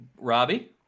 Robbie